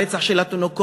הרצח של התינוקות,